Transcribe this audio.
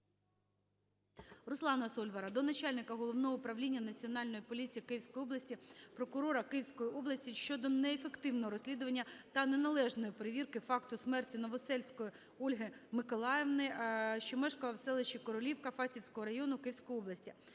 Руслана Сольвара до начальника Головного управління Національної поліції Київської області, прокурора Київської області щодо неефективного розслідування та неналежної перевірки факту смерті Новосельської Ольги Миколаївни, що мешкала у селищі Королівка Фастівського району Київської області.